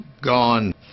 gone